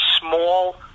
small